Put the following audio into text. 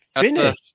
finish